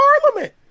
parliament